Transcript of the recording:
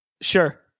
Sure